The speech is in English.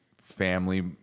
family